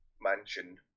mansion